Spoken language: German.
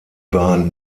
bahn